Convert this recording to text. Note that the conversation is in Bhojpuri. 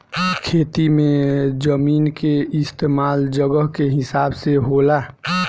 खेती मे जमीन के इस्तमाल जगह के हिसाब से होला